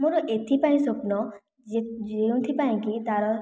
ମୋର ଏଥିପାଇଁ ସ୍ଵପ୍ନ ଯେଉଁଥିପାଇଁ କି ତାର